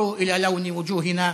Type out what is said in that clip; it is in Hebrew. הביטו אל צבע הפנים שלנו,